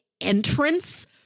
entrance